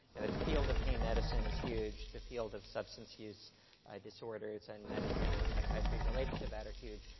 and the field of pain medicine is huge. the field of substance use disorders and medicine and psychiatry related to that are huge.